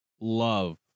love